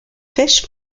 fish